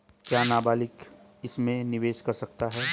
क्या नाबालिग इसमें निवेश कर सकता है?